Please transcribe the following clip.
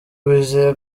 bizeye